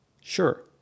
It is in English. sure